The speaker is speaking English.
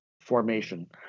formation